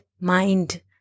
mind